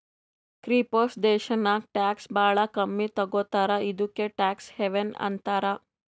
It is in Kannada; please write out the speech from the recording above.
ಕಿಪ್ರುಸ್ ದೇಶಾನಾಗ್ ಟ್ಯಾಕ್ಸ್ ಭಾಳ ಕಮ್ಮಿ ತಗೋತಾರ ಇದುಕೇ ಟ್ಯಾಕ್ಸ್ ಹೆವನ್ ಅಂತಾರ